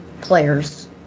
players